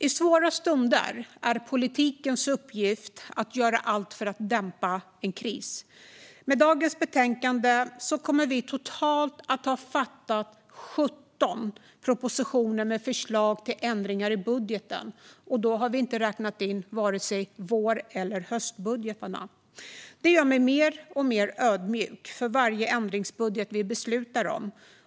I svåra stunder är politikens uppgift att göra allt för att dämpa en kris. Med förslaget i detta betänkande kommer vi att ha fattat beslut om totalt 17 propositioner med förslag till ändringar i budgeten. Då har jag inte räknat in vare sig vår eller höstbudgeten. Jag blir mer och mer ödmjuk för varje ändringsbudget vi fattar beslut om.